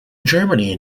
germany